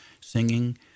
singing